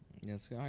Yes